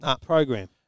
program